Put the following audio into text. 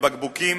לבקבוקים